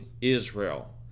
Israel